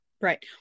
right